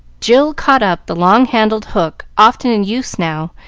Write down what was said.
jill caught up the long-handled hook, often in use now,